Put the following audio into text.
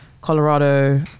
Colorado